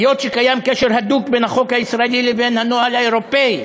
היות שיש קשר הדוק בין החוק הישראלי לבין הנוהל האירופי,